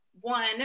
One